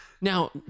now